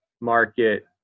market